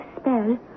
spell